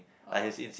oh